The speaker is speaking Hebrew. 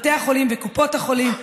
בתי החולים וקופות החולים.